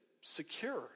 secure